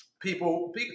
people